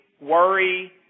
Worry